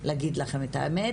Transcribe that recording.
להגיד לכם את האמת,